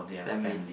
family